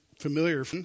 familiar